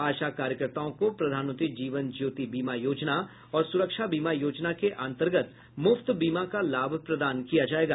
आशा कार्यकर्ताओं को प्रधानमंत्री जीवन ज्योति बीमा योजना और सुरक्षा बीमा योजना के अंतर्गत मुफ्त बीमा का लाभ प्रदान किया जायेगा